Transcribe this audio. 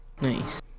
nice